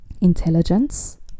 Intelligence